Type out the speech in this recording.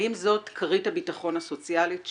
האם זאת כרית הביטחון הסוציאלית שלנו,